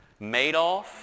Madoff